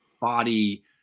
body